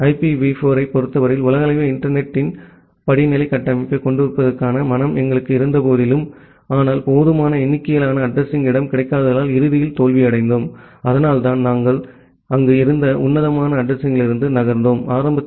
IPv 4 ஐப் பொறுத்தவரையில் உலகளாவிய இன்டர்நெட் த்தின் படிநிலை கட்டமைப்பைக் கொண்டிருப்பதற்கான மனம் எங்களுக்கு இருந்தபோதிலும் ஆனால் போதுமான எண்ணிக்கையிலான அட்ரஸிங் இடம் கிடைக்காததால் இறுதியில் தோல்வியடைந்தோம் அதனால்தான் நாங்கள் அங்கு இருந்த உன்னதமான அட்ரஸிங்யிலிருந்து நகர்ந்தோம் ஆரம்பத்தில்